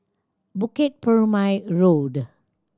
Bukit Purmei Road